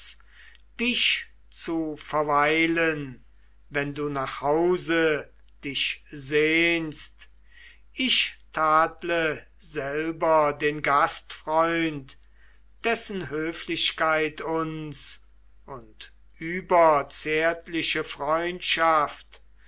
dich zu verweilen wenn du nach hause dich sehnst ich tadle selber den gastfreund dessen höflichkeit uns und überzärtliche freundschaft